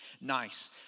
nice